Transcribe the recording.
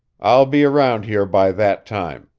i'll be around here by that time.